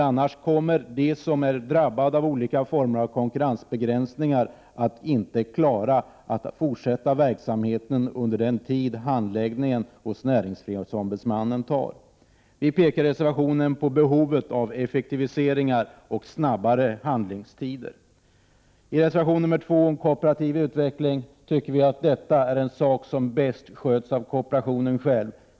Annars kommer de som är drabbade av olika former av konkurrensbegränsningar att inte klara den fortsatta verksamheten under den tid handläggningen hos näringsfrihetsombudsmannen tar. Vi pekar i reservationen på behovet av effektiviseringar och snabbare handläggningstider. I reservation 2 om kooperativ utveckling tycker vi att detta är en sak som bäst sköts av kooperationen själv.